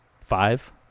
five